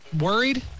Worried